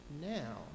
now